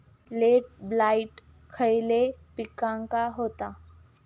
Late blight खयले पिकांका होता?